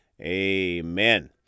amen